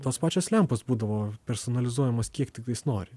tos pačios lempos būdavo personalizuojamos kiek tiktais nori